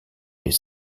les